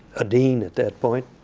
a dean at that point.